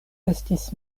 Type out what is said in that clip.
estis